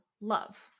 love